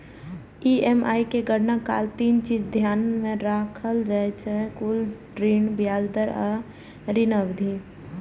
EMI के गणना काल तीन चीज ध्यान मे राखल जाइ छै, कुल ऋण, ब्याज दर आ ऋण अवधि